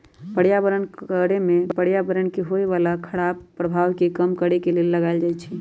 पर्यावरण कर में पर्यावरण में होय बला खराप प्रभाव के कम करए के लेल लगाएल जाइ छइ